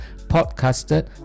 podcasted